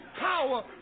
power